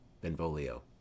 Benvolio